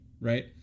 right